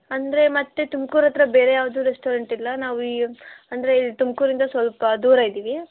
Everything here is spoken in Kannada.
ಅಂದರೆ ಮತ್ತೆ ತುಮಕೂರು ಹತ್ತಿರ ಬೇರೆ ಯಾವುದೂ ರೆಸ್ಟೋರೆಂಟಿಲ್ಲ ನಾವು ಈ ಅಂದರೆ ತುಮಕೂರಿಂದ ಸ್ವಲ್ಪ ದೂರ ಇದ್ದೀವಿ